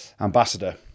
ambassador